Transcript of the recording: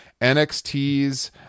NXT's